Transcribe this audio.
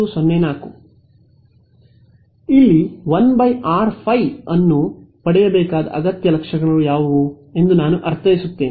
ವಿದ್ಯಾರ್ಥಿ ಇಲ್ಲಿ 1 r ೫ ಅನ್ನು ಪಡೆಯಬೇಕಾದ ಅಗತ್ಯ ಲಕ್ಷಣಗಳು ಯಾವುವು ಎಂದು ನಾನು ಅರ್ಥೈಸುತ್ತೇನೆ